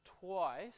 twice